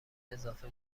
اضافه